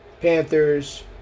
Panthers